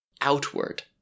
outward